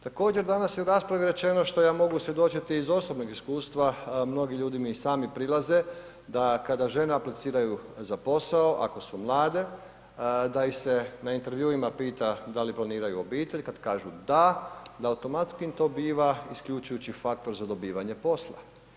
Također, danas je u raspravi rečeno što ja mogu svjedočiti iz osobnog iskustva, mnogi ljudi mi i sami prilaze, da kada žene apliciraju za posao, ako su mlade, da ih se na intervjuima pita da li planiraju obitelj, kad kažu „da“, da automatski im to biva isključujući faktor za dobivanje posla.